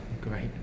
Great